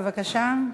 בבקשה.